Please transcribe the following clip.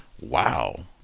wow